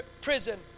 prison